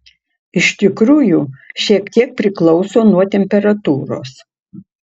iš tikrųjų šiek tiek priklauso nuo temperatūros